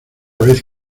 vez